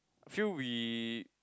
I feel we